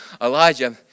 Elijah